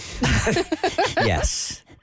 Yes